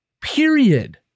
Period